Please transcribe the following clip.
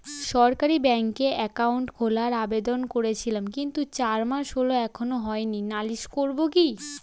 সরকারি ব্যাংকে একাউন্ট খোলার আবেদন করেছিলাম কিন্তু চার মাস হল এখনো হয়নি নালিশ করব কি?